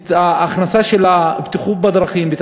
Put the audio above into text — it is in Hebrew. את ההכנסה של נושא הבטיחות בדרכים ושל